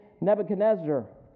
Nebuchadnezzar